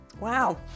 wow